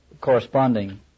corresponding